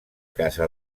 casa